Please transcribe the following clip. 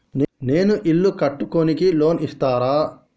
నేను ఇల్లు కట్టుకోనికి లోన్ ఇస్తరా?